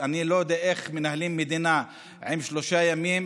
אני לא יודע איך מנהלים מדינה עם שלושה ימים,